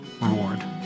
reward